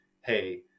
Hey